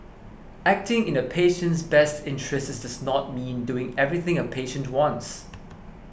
acting in a patient's best interests not mean doing everything a patient wants